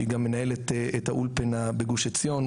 שהיא גם מנהלת את האולפנה בגוש עציון,